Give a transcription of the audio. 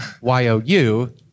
Y-O-U